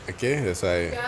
okay that's why